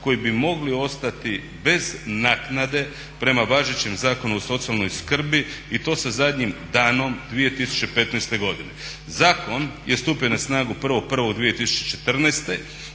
koje bi mogle ostati bez naknade prema važećem Zakonu o socijalnoj skrbi i to sa zadnjim danom 2015. godine. Zakon je stupio na snagu 1.1.2014.,